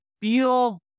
feel